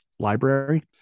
Library